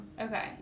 Okay